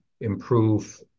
improve